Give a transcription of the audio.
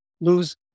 lose